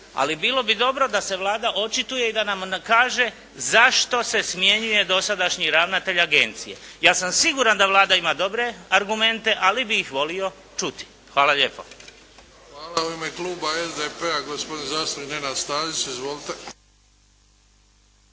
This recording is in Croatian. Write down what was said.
Ali bilo bi dobro da se Vlada očituje i da nam kaže zašto se smjenjuje dosadašnji ravnatelj Agencije. Ja sam siguran da Vlada ima dobre argumente ali bi ih volio čuti. Hvala lijepo. **Bebić, Luka (HDZ)** Hvala. U ime Kluba SDP-a gospodin zastupnik Nenad Stazić. Izvolite.